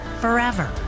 forever